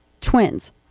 twins